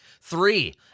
Three